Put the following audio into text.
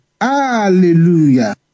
Hallelujah